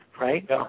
right